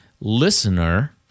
listener